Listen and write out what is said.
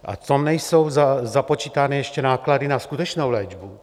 A to nejsou započítány ještě náklady na skutečnou léčbu.